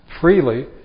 freely